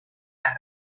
las